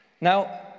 Now